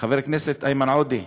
חבר הכנסת איימן עודה,